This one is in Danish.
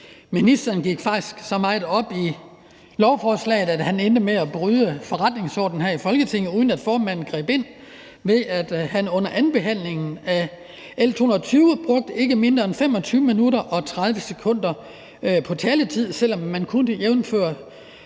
Ministeren gik faktisk så meget op i lovforslaget, at han endte med at bryde forretningsordenen her i Folketinget, uden at formanden greb ind, ved at han under andenbehandlingen af L 220 brugte ikke mindre end 25 minutter og 30 sekunder på at tale, selv om man jævnfør